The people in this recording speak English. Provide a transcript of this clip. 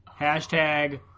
hashtag